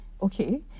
okay